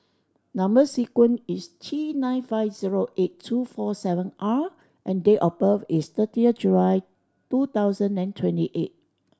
number sequence is T nine five zero eight two four seven R and date of birth is thirty of July two thousand and twenty eight